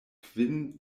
kvin